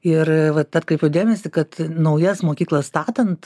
ir vat atkreipiu dėmesį kad naujas mokyklas statant